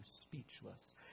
speechless